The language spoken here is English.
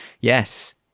yes